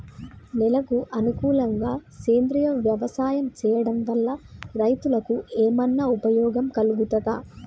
నేలకు అనుకూలంగా సేంద్రీయ వ్యవసాయం చేయడం వల్ల రైతులకు ఏమన్నా ఉపయోగం కలుగుతదా?